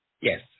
yes